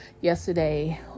yesterday